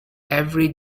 every